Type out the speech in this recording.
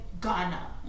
Ghana